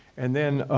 and then,